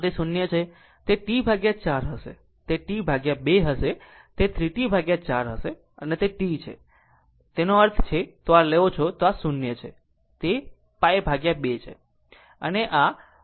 આમ જો તે 0 છે તે T 4 હશે તે T 2 છે તે 3 T 4 છે અને તે T છે તેનો અર્થ છે જો તે આ લે છે તો આ 0 છે આ તે π 2 છે